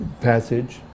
passage